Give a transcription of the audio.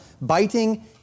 biting